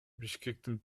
бишкектин